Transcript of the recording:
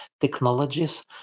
technologies